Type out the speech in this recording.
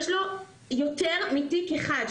יש לו יותר מתיק אחד.